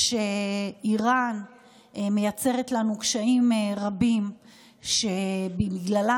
כשאיראן מייצרת לנו קשיים רבים שבגללם